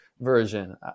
version